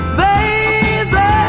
baby